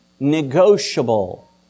negotiable